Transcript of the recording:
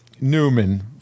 Newman